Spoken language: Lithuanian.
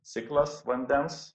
ciklas vandens